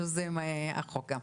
יוזם הצעת החוק.